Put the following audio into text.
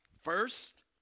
first